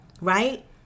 right